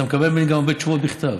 אתה מקבל ממני גם הרבה תשובות בכתב,